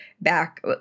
back